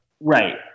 Right